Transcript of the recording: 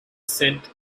sent